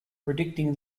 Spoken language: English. predicting